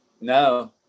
no